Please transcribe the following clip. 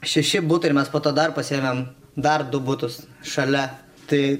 šeši butai ir mes po to dar pasiėmėm dar du butus šalia tai